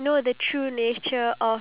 ya